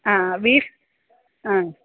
ആ ബീഫ് ആ